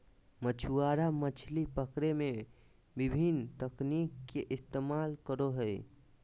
मछुआरा मछली पकड़े में विभिन्न तकनीक के इस्तेमाल करो हइ